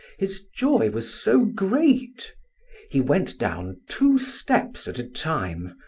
his joy was so great he went down two steps at a time,